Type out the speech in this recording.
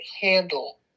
handle